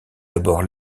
d’abord